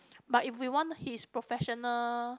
but if we want his professional